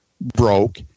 broke